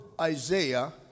Isaiah